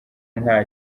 nta